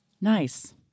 Nice